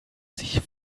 sich